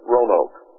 Roanoke